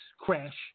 crash